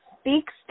speaks